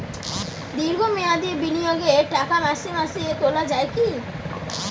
দীর্ঘ মেয়াদি বিনিয়োগের টাকা মাসে মাসে তোলা যায় কি?